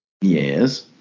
Yes